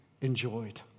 enjoyed